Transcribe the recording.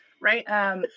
Right